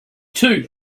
two